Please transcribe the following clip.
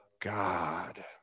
God